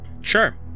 Sure